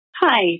Hi